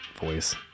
voice